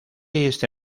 este